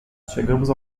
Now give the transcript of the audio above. chegamos